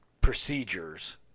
procedures